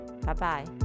bye-bye